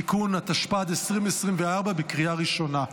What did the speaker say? (תיקון), התשפ"ד 2024, לקריאה הראשונה.